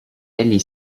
egli